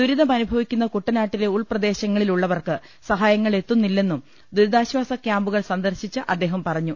ദുരിതമനുഭവിക്കുന്ന കുട്ടനാട്ടിലെ ഉൾപ്രദേശങ്ങളിലുള്ളവർക്ക് സഹാ യങ്ങൾ എത്തുന്നില്ലെന്നും ദുരിതാശ്ചാസ ക്യാമ്പുകൾ സന്ദർശിച്ച അദ്ദേഹം പറഞ്ഞു